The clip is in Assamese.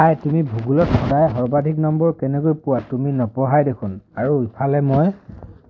হাই তুমি ভূগোলত সদায় সৰ্বাধিক নম্বৰ কেনেকৈ পোৱা তুমি নপঢ়াই দেখোন আৰু ইফালে মই